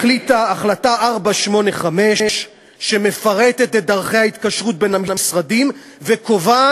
החליטה את החלטה 485 שמפרטת את דרכי ההתקשרות בין המשרדים וקובעת,